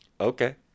Okay